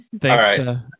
Thanks